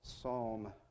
Psalm